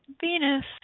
Venus